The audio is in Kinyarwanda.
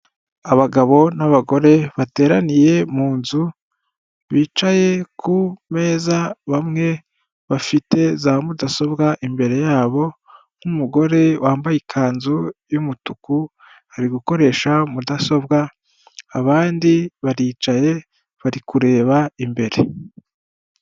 Abagabo n'abagore bateraniye mu nzu bicaye ku meza bamwe bafite za mudasobwa imbere yabo n'umugore wambaye ikanzu y'umutuku, ari gukoresha mudasobwa abandi baricaye bari kureba imbere.